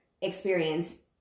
experience